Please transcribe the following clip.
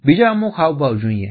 બીજા અમુક હાવભાવ જોઈએ